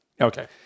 okay